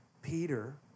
Peter